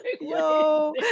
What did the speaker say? Yo